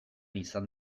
izan